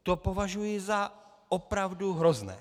To považuji opravdu za hrozné.